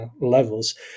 levels